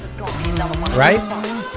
right